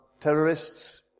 terrorists